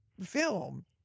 film